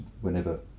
whenever